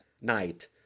night